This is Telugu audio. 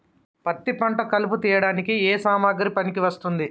పత్తి పంట కలుపు తీయడానికి ఏ సామాగ్రి పనికి వస్తుంది?